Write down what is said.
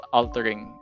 altering